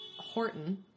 Horton